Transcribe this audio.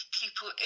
people